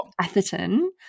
Atherton